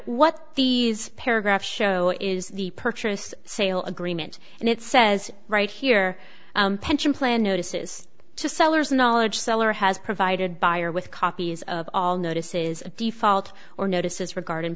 what these paragraphs show is the purchase sale agreement and it says right here pension plan notices to sellers knowledge seller has provided buyer with copies of all notices of default or notices regarding